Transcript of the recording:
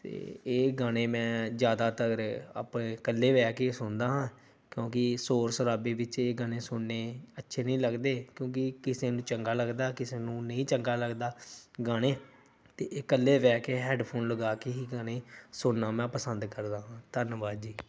ਅਤੇ ਇਹ ਗਾਣੇ ਮੈਂ ਜ਼ਿਆਦਾਤਰ ਆਪ ਇਕੱਲੇ ਬਹਿ ਕੇ ਸੁਣਦਾ ਹਾਂ ਕਿਉਂਕਿ ਸ਼ੋਰ ਸ਼ਰਾਬੇ ਵਿੱਚ ਇਹ ਗਾਣੇ ਸੁਣਨੇ ਅੱਛੇ ਨਹੀਂ ਲੱਗਦੇ ਕਿਉਂਕਿ ਕਿਸੇ ਨੂੰ ਚੰਗਾ ਲੱਗਦਾ ਕਿਸੇ ਨੂੰ ਨਹੀਂ ਚੰਗਾ ਲੱਗਦਾ ਗਾਣੇ ਤਾਂ ਇਹ ਇਕੱਲੇ ਬਹਿ ਕੇ ਹੈਡਫੋਨ ਲਗਾ ਕੇ ਹੀ ਗਾਣੇ ਸੁਣਨਾ ਮੈਂ ਪਸੰਦ ਕਰਦਾ ਹਾਂ ਧੰਨਵਾਦ ਜੀ